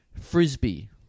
Frisbee